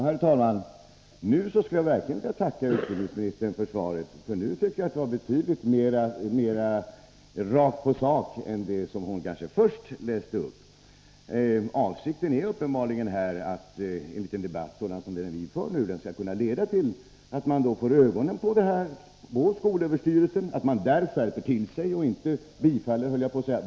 Herr talman! Nu skulle jag verkligen vilja tacka utbildningsministern för svaret, för det här svaret var betydligt mer rakt på sak än det hon först läste upp. Avsikten är uppenbarligen att en liten debatt som den vi för här skall kunna leda till att man på skolöverstyrelsen får ögonen på vad som sker och skärper sig, så att man inte bifaller ”vad-som-helst-kurser”.